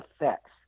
effects